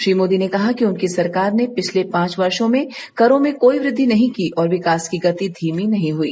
श्री मोदी ने कहा कि उनकी सरकार ने पिछले पांच वर्षो में करों में कोई वृद्वि नहीं और विकास की गति धीमी नहीं हुई